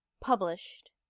Published